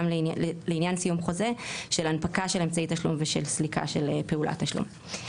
לעניין סיום חוזה של הנפקה של אמצעי תשלום ושל סליקה של פעולת תשלום.